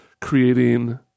creating